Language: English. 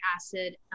acid